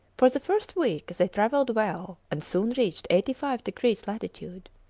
for the first week they travelled well and soon reached eighty five degrees latitude.